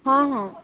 ହଁ ହଁ